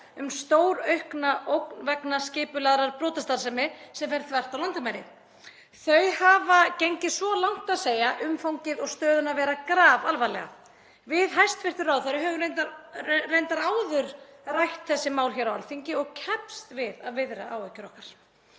um stóraukna ógn vegna skipulagðrar brotastarfsemi sem fer þvert á landamæri. Þau hafa gengið svo langt að segja umfangið og stöðuna vera grafalvarlega. Við hæstv. ráðherra höfum reyndar áður rætt þessi mál hér á Alþingi og keppst við að viðra áhyggjur okkar.